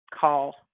call